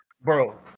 bro